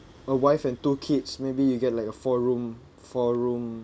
a wife and two kids maybe you get like a four-room four-room